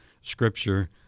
scripture